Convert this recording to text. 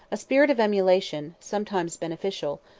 a spirit of emulation, sometimes beneficial,